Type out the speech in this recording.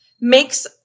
makes